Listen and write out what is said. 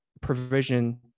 provision